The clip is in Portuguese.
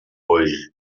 hoje